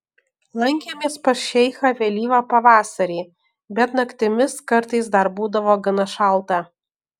lankėmės pas šeichą vėlyvą pavasarį bet naktimis kartais dar būdavo gana šalta